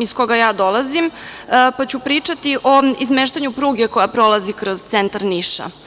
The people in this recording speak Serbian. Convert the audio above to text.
iz koga dolazim, pa ću pričati o izmeštanju pruge koja prolazi kroz centar Niša.